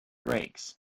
brakes